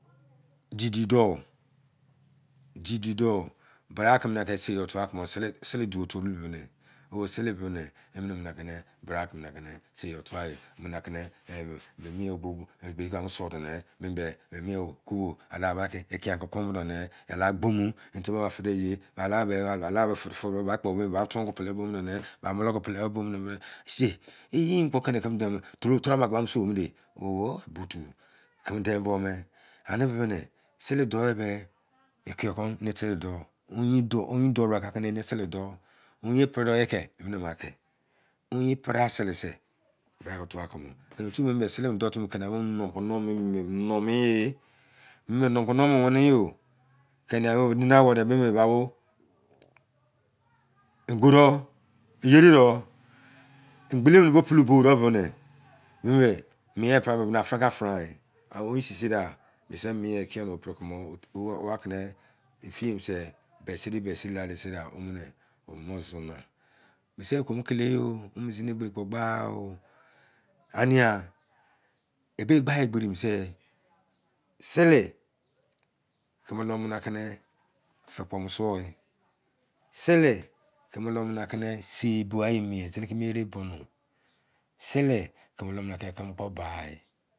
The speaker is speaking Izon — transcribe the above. Didi-do, bra ke se yo thatcumo sele doh sele doh mena bra ke sai yo tha emene ateni tceka do mene la gbomi eni tubo bai fei de ye, ela be aba-tori ke pe-le-de mulu ke pele bomo eyin kpo zini oth ama sho mo-de tceme dein bo-me sele doh beh eyin doh ke sele doh tamara tce pere-ya sele sei bra tce yoi tha thumo-nomu ye moma-ke nomi wene-yo egodoh geri tce pu-lo bo-dou mene mie pere-fran ha fran iye nanaowei sisi ekiyor tai pere-famo, omene zuza na misi ye zuzu kile oh gba enai gbi egberi sei sele feri kamo suo eh, sele tceme mie zini keme ere ba-nu sehe tceme leme bai eh,